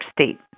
State